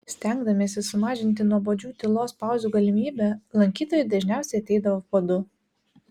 stengdamiesi sumažinti nuobodžių tylos pauzių galimybę lankytojai dažniausiai ateidavo po du